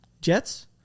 jets